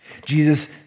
Jesus